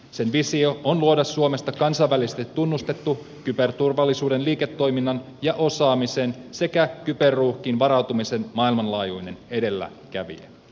sen visio on luoda suomesta kansainvälisesti tunnustettu kyberturvallisuuden liiketoiminnan ja osaamisen sekä kyber uhkiin varautumisen maailmanlaajuinen edelläkävijä